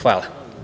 Hvala.